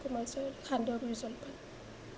কুমল চাউল সান্দহ গুৰি জলপান